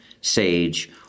sage